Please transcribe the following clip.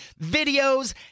videos